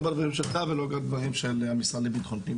לא בדברים שלך ולא בדברים של המשרד לביטחון פנים.